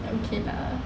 okay lah